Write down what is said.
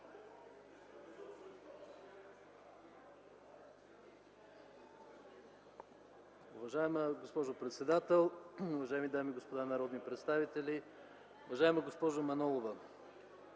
Уважаема госпожо председател, уважаеми дами и господа народни представители! Уважаема госпожо Манолова,